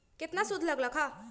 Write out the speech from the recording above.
केतना सूद लग लक ह?